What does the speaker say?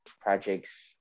projects